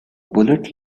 bullet